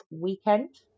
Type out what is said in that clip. weekend